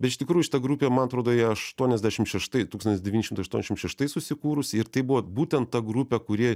bet iš tikrųjų šita grupė man atrodo jie aštuoniasdešim šeštais tūkstantis devyni šimtai aštuoniasdešim šeštais susikūrusi ir tai buvo būtent ta grupė kuri